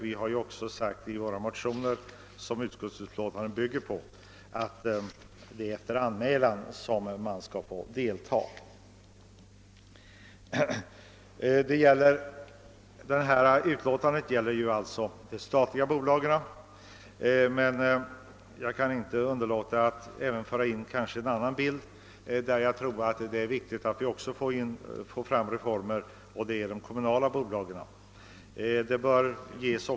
Vi har också i våra motioner som utskottsutlåtandet bygger på framhållit att riksdagsmännen skulle få deltaga efter anmälan. Utskottsutlåtandet gäller alltså de statliga bolagen, men jag kan inte underlåta att nämna att det också är viktigt att vi får insyn i de kommunala bolagen.